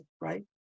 right